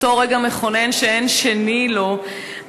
אותו רגע מכונן שאין שני לו,